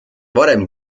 varem